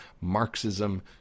Marxism